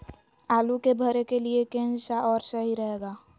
आलू के भरे के लिए केन सा और सही रहेगा?